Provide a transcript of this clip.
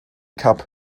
cup